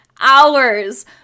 hours